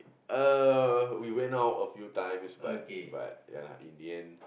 uh we went out a few times but but ya lah in the end